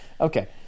Okay